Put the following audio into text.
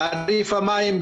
תעריף המים,